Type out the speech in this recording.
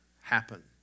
happen